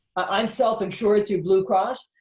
i'm self-insured through blue cross.